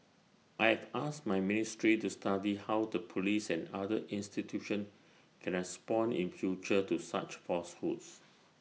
I have asked my ministry to study how the Police and other institutions can respond in future to such falsehoods